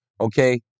okay